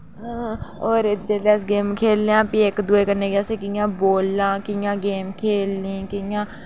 और जेल्लै अस गेम खेढने आं फ्ही इक दूए कन्नै कि असें कि'यां बोलना कि'यां गेम खेढनी कि'यां